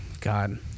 God